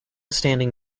standing